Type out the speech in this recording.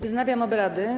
Wznawiam obrady.